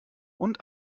und